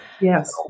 Yes